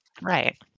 Right